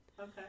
Okay